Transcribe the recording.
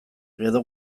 edo